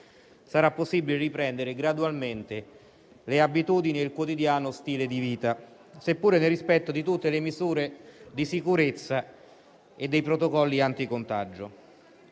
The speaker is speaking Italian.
sarà possibile riprendere gradualmente le abitudini e il quotidiano stile di vita, seppur nel rispetto di tutte le misure di sicurezza e dei protocolli anti-contagio.